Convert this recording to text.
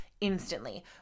instantly